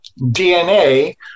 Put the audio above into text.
DNA